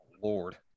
Lord